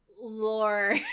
lore